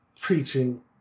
preaching